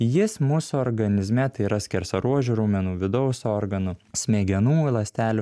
jis mūsų organizme tai yra skersaruožių raumenų vidaus organų smegenų ląstelių